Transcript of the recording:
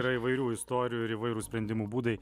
yra įvairių istorijų ir įvairūs sprendimo būdai